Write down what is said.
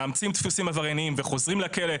מאמצים דפוסים עבריינים וחוזרים לכלא,